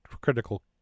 critical